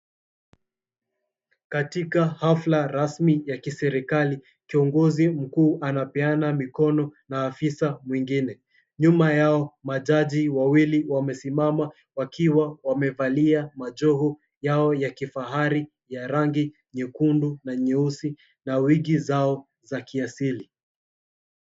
Katika hafla rasmi ya kiserikali. Kiongozi mkuu anapeana mikono na afisa mwingine. Nyuma yao majaji wawili wamesimama wakiwa wamevalia majoho yao ya kifahari ya rangi nyekundu na nyeusi na wigi zao za kiasili.